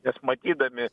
nes matydami